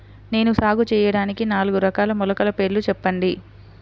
నేను సాగు చేయటానికి నాలుగు రకాల మొలకల పేర్లు చెప్పండి?